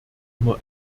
immer